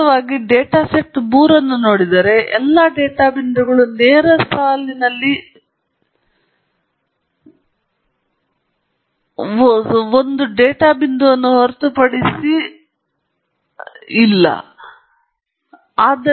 ವಾಸ್ತವವಾಗಿ ನೀವು data set 3 ಅನ್ನು ನೋಡಿದರೆ ಎಲ್ಲ ಡೇಟಾ ಬಿಂದುಗಳು ನೇರ ಸಾಲಿನಲ್ಲಿ ಸುಳ್ಳು ಒಂದು ಡೇಟಾ ಬಿಂದುವನ್ನು ಹೊರತುಪಡಿಸಿ ಹೊರಗಿನ ಹಕ್ಕನ್ನು ಹೊಂದಿರುತ್ತವೆ